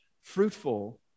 Fruitful